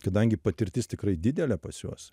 kadangi patirtis tikrai didelė pas juos